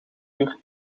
uur